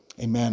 Amen